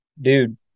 Dude